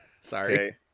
Sorry